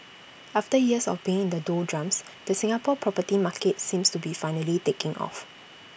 after years of being in the doldrums the Singapore property market seems to be finally taking off